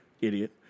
Idiot